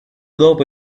dopo